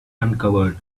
uncovered